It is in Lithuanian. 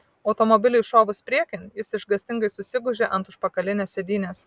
automobiliui šovus priekin jis išgąstingai susigūžė ant užpakalinės sėdynės